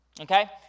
Okay